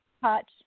touch